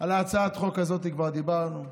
על הצעת החוק הזאת כבר דיברתי.